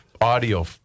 audio